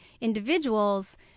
individuals